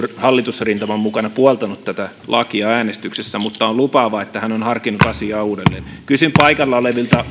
hallitusrintaman mukana puoltanut tätä lakia äänestyksessä on toki lupaavaa että hän on harkinnut asiaa uudelleen kysyn paikalla olevilta